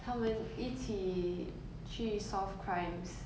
他们一起去 solve crimes